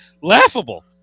laughable